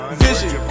vision